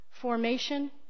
Formation